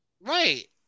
Right